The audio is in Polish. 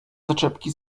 zaczepki